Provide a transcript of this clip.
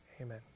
Amen